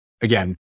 again